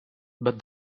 but